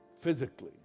physically